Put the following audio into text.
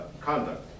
conduct